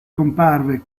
comparve